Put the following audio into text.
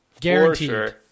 Guaranteed